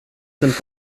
sind